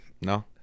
No